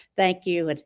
thank you, and